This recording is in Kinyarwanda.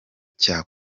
cya